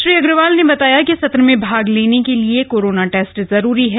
श्री अग्रवाल ने बताया कि सत्र में भाग लेने के लिए कोरोना टेस्ट जरुरी है